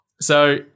So-